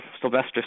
Sylvester